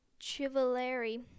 Chivalry